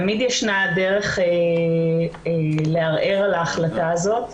תמיד ישנה דרך לערער על ההחלטה הזאת.